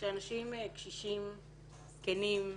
שאנשים קשישים, זקנים,